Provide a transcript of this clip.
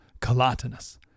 Colatinus